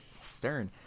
stern